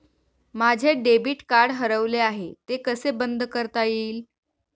माझे debit card हरवले आहे ते कसे बंद करता येईल?